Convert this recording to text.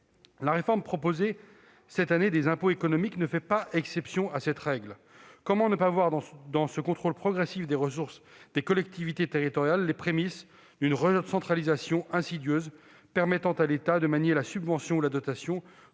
économiques proposée cette année ne fait pas exception à cette règle. Comment ne pas voir dans ce contrôle progressif des ressources des collectivités territoriales les prémices d'une recentralisation insidieuse, permettant à l'État de manier la subvention ou la dotation